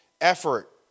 effort